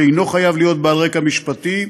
שאינו חייב להיות בעל רקע משפטי,